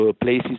places